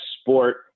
sport